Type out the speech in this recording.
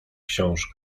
książ